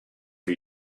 for